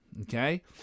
okay